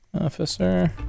Officer